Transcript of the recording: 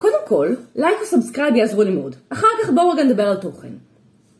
קודם כל, לייק וסאבסקרייב יעזרו לי מאוד, אחר כך בואו רגע נדבר על תוכן